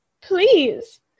please